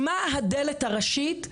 מה הדלת הראשית?